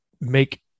make